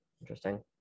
interesting